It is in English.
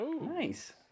nice